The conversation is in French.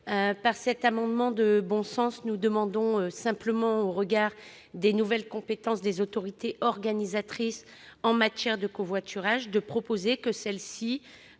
Par cet amendement de bon sens, nous demandons simplement, au regard des nouvelles compétences des autorités organisatrices en matière de covoiturage, que la